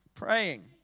Praying